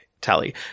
tally